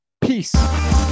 Peace